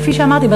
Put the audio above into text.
אבל כפי שאמרתי,